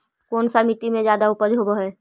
कोन सा मिट्टी मे ज्यादा उपज होबहय?